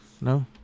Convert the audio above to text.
No